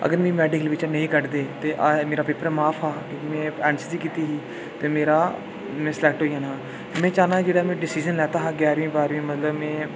अगर मिगी मेडिकल बिच्चा नेईं कड्ढदे ते मेरा पेपर माफ हा में एनसीसी कीती दी ही ते मेरा में सलैक्ट होई जाना हा में चाह्न्नां की जेह्ड़ा में डिसीजन लैता हा ग्यारहमीं बारहमीं मतलब में